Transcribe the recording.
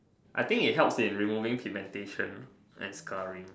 I think it helps in removing pigmentation and scarring